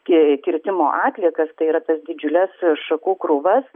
ki kirtimo atliekas tai yra tas didžiules šakų krūvas